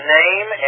name